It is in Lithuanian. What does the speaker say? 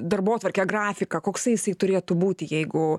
darbotvarkę grafiką koksai jisai turėtų būti jeigu